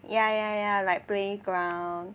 ya ya ya like playground